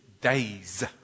days